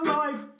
life